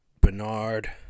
Bernard